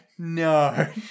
no